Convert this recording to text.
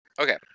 Okay